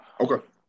Okay